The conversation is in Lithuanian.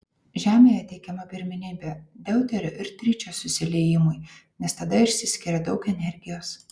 žemėje teikiama pirmenybė deuterio ir tričio susiliejimui nes tada išsiskiria daug energijos